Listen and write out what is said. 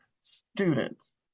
students